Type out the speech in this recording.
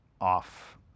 off